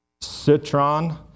Citron